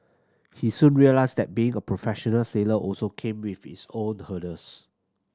he soon realised that being a professional sailor also came with its own hurdles